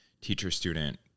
teacher-student